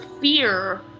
fear